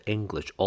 English